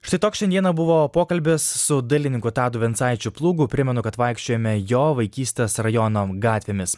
štai toks šiandieną buvo pokalbis su dailininku tadu vincaičiu plūgu primenu kad vaikščiojome jo vaikystės rajono gatvėmis